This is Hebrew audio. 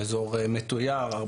האזור מתוייר.